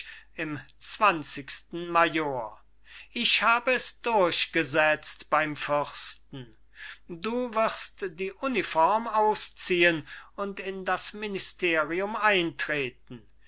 im zwanzigsten major ich hab es durchgesetzt beim fürsten du wirst die uniform ausziehen und in das ministerium eintreten